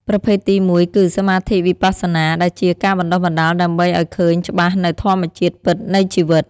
ប្រភេទទីមួយគឺ សមាធិវិបស្សនា ដែលជាការបណ្តុះបណ្តាលដើម្បីឱ្យឃើញច្បាស់នូវធម្មជាតិពិតនៃជីវិត។